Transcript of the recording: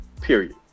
period